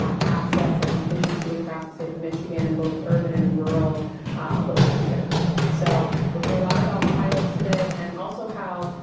um access and efficiency across the state of michigan. in both urban and rural locations. so you'll hear a lot about pilots today. and also how,